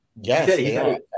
Yes